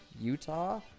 Utah